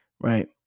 right